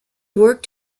worked